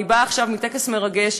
אני באה עכשיו מטקס מרגש,